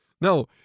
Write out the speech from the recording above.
No